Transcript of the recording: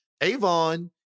Avon